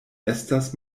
estas